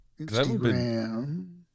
Instagram